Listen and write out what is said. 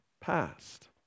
past